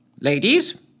ladies